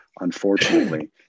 unfortunately